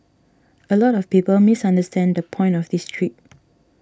a lot of people misunderstand the point of this trip